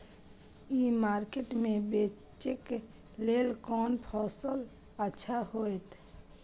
ई market में बेचेक लेल कोन फसल अच्छा होयत?